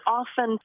often